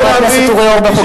חבר הכנסת אורי אורבך,